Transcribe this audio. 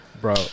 bro